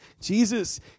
Jesus